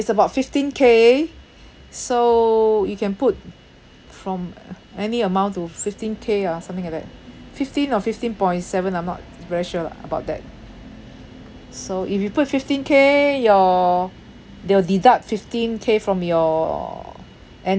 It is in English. is about fifteen K so you can put from uh any amount to fifteen K ah something like that fifteen or fifteen point seven I'm not very sure lah about that so if you put fifteen K your they will deduct fifteen K from your